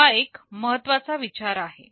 हा एक महत्त्वाचा विचार आहे